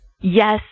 Yes